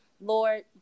Lord